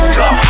go